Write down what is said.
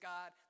God